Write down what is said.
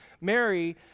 Mary